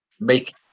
make